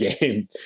game